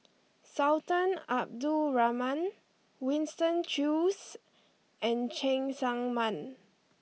Sultan Abdul Rahman Winston Choos and Cheng Tsang Man